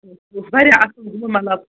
واریاہ اَصٕل گوٚو مطلب